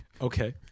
Okay